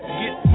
get